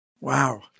Wow